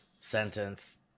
sentence